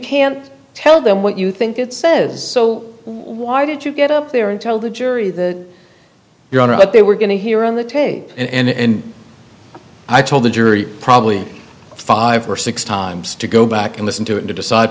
can't tell them what you think it says so why did you get up there and tell the jury that you're on what they were going to hear on the tape and i told the jury probably five or six times to go back and listen to it to decide